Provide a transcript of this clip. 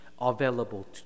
available